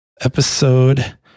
episode